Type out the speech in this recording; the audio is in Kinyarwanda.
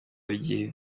iwabo